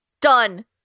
Done